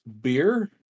beer